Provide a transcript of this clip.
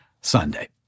Sunday